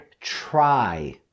try